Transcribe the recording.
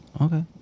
Okay